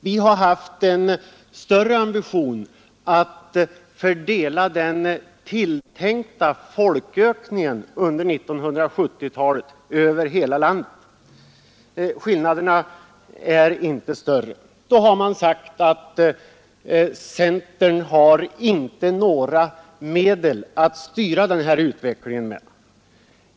Vi har haft en större ambition att fördela den tilltänkta folkökningen under 1970-talet över hela landet. Skillnaden är inte större. Då har man sagt att centern inte har några medel att styra denna utveckling.